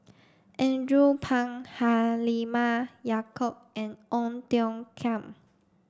Andrew Phang Halimah Yacob and Ong Tiong Khiam